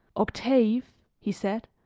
octave, he said,